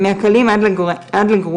מהקלים עד הגרועים,